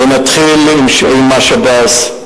ונתחיל עם השב"ס,